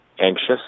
Anxious